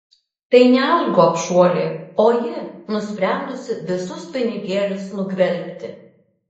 tai ne aš gobšuolė o ji nusprendusi visus pinigėlius nugvelbti